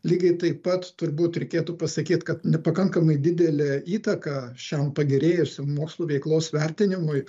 lygiai taip pat turbūt reikėtų pasakyt kad nepakankamai didelę įtaką šiam pagerėjusiam mokslų veiklos vertinimui